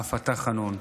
אף אתה חנון.